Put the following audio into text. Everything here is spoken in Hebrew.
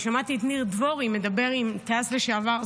שמעתי את ניר דבורי מדבר עם טייס לשעבר,